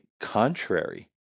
contrary